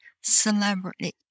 celebrity